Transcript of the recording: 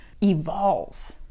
evolve